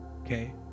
Okay